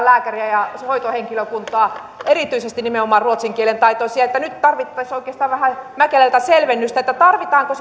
lääkäriä ja hoitohenkilökuntaa erityisesti nimenomaan ruotsinkielentaitoisia nyt tarvittaisiin oikeastaan vähän mäkelältä selvennystä tarvitaanko